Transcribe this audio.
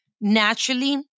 naturally